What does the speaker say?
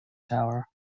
tower